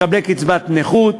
מקבלי קצבת נכות,